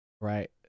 right